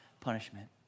punishment